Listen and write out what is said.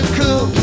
cool